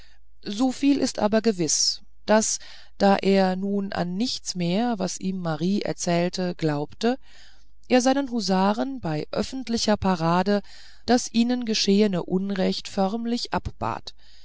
so viel ist aber gewiß daß da er nun an nichts mehr was ihm marie erzählte glaubte er seinen husaren bei öffentlicher parade das ihnen geschehene unrecht förmlich abbat